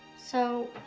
so,